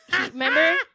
Remember